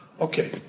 Okay